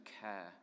care